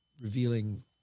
revealing